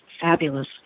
fabulous